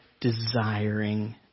desiring